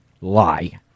lie